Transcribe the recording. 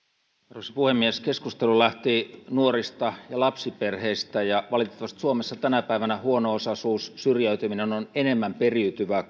arvoisa puhemies keskustelu lähti nuorista ja lapsiperheistä ja valitettavasti suomessa tänä päivänä huono osaisuus syrjäytyminen on on enemmän periytyvää